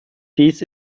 dies